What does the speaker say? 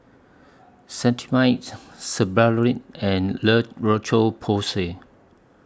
Cetrimide Sebamed and La Roche Porsay